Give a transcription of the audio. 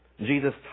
Jesus